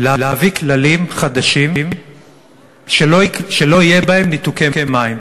להביא כללים חדשים שלא יהיו בהם ניתוקי מים.